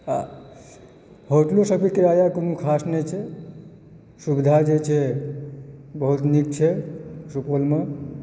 आ होटलो सबकेँ किराआ कोनो खास नहि छै सुविधा जे छै बहुत नीक छै सुपौलमे